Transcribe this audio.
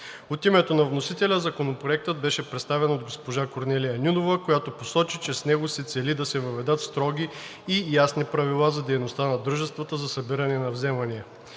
От името на вносителя Законопроектът беше представен от госпожа Корнелия Нинова, която посочи, че с него се цели да се въведат строги и ясни правила за дейността на дружествата за събиране на вземания.